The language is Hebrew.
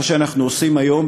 מה שאנחנו עושים היום,